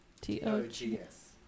T-O-G-S